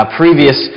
previous